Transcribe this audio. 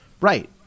Right